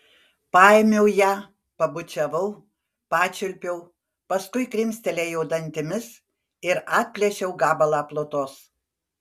paėmiau ją pabučiavau pačiulpiau paskui krimstelėjau dantimis ir atplėšiau gabalą plutos